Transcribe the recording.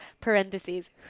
Parentheses